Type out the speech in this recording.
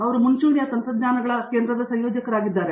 ಅವರು ಮುಂಚೂಣಿಯ ತಂತ್ರಜ್ಞಾನಗಳ ಕೇಂದ್ರದ ಸಂಯೋಜಕರಾಗಿದ್ದಾರೆ